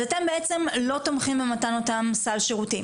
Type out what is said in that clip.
אז אתם בעצם לא תומכים במתן אותם סל שירותים,